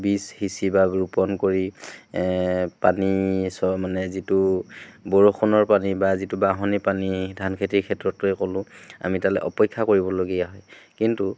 বীজ সিঁচি বা ৰোপণ কৰি পানী চৰ মানে যিটো বৰষুণৰ পানী বা যিটো বাঢ়নী পানী ধান খেতিৰ ক্ষেত্ৰতোৱে ক'লোঁ আমি তালৈ অপেক্ষা কৰিবলগীয়া হয় কিন্তু